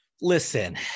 listen